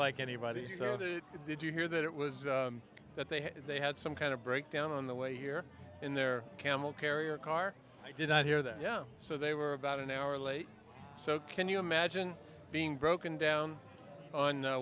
like anybody did you hear that it was that they had they had some kind of breakdown on the way here in their camel carrier car i did not hear that yeah so they were about an hour late so can you imagine being broken down on